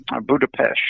Budapest